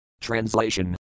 Translation